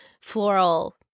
floral